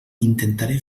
intentaré